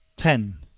ten.